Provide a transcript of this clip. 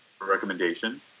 recommendation